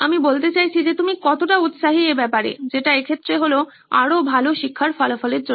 আমি বলতে চাইছি যে তুমি কতটা উৎসাহী এ ব্যাপারেযেটা এক্ষেত্রে হল আরো ভালো শিক্ষার ফলাফলের জন্য